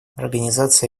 организация